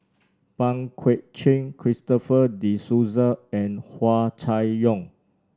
Pang Guek Cheng Christopher De Souza and Hua Chai Yong